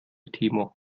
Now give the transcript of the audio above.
timo